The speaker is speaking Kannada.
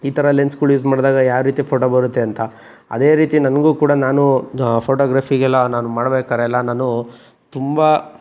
ಈ ಥರ ಲೆನ್ಸ್ಗಳು ಯೂಸ್ ಮಾಡಿದಾಗ ಯಾವ ರೀತಿ ಫೋಟೊ ಬರುತ್ತೆ ಅಂತ ಅದೆ ರೀತಿ ನನಗೂ ಕೂಡ ನಾನು ಫೋಟೊಗ್ರಾಫಿಗೆಲ್ಲ ನಾನು ಮಾಡ್ಬೇಕಾದರೆಲ್ಲ ನಾನು ತುಂಬ